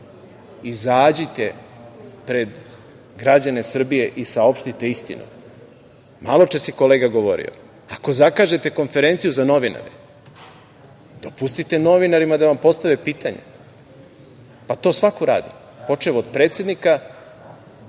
izađite pred građane Srbije i saopštite istinu. Maločas je kolega govorio, ako zakažete konferenciju za novinare, dopustite novinarima da vam postave pitanje. To svako radi, počev od predsednika